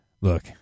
Look